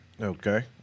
Okay